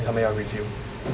他们要 review